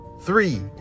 Three